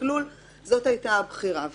בשקלול זאת הייתה הבחירה.